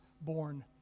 born